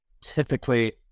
typically